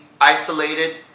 isolated